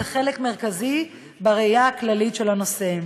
זה חלק מרכזי בראייה הכללית של הנושא.